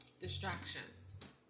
distractions